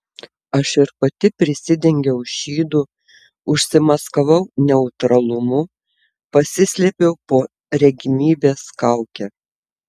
aš ir pati prisidengiau šydu užsimaskavau neutralumu pasislėpiau po regimybės kauke